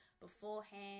beforehand